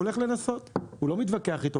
הוא הולך לנסות הוא לא מתווכח איתו.